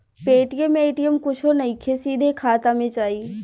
Paytm ATM कुछो नइखे, सीधे खाता मे जाई